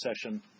session